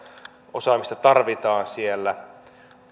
osaamista tarvitaan siellä